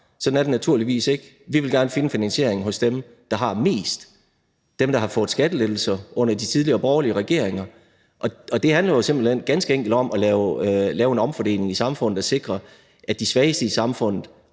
Sådan er det naturligvis ikke. Vi vil gerne finde finansieringen hos dem, der har mest, dem, der har fået skattelettelser under de tidligere borgerlige regeringer, og det handler jo simpelt hen ganske enkelt om at lave en omfordeling i samfundet og sikre, at de svageste i samfundet